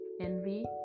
envy